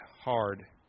hard